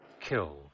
Kill